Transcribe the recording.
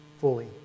fully